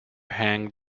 hanged